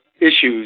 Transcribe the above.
issues